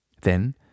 Then